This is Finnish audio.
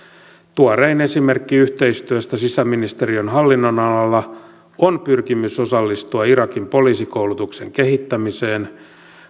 tuorein esimerkki yhteistyöstä sisäministeriön hallinnonalalla on pyrkimys osallistua irakin poliisikoulu tuksen kehittämiseen